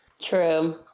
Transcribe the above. true